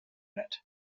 unit